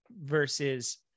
versus